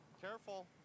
Careful